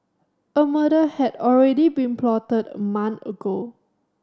a murder had already been plotted a month ago